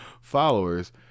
followers